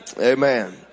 Amen